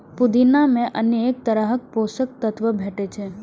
पुदीना मे अनेक तरहक पोषक तत्व भेटै छै